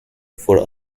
for